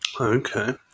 Okay